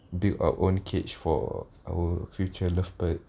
build own cage for our future lovebirds